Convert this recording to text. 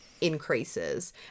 increases